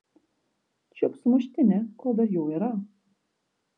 čiupk sumuštinį kol dar jų yra